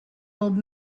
old